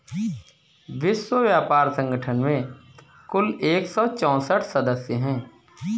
विश्व व्यापार संगठन में कुल एक सौ चौसठ सदस्य हैं